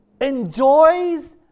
enjoys